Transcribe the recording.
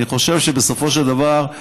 אני חושב שבסופו של דבר,